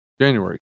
January